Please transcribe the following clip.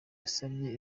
yasavye